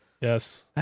yes